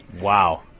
wow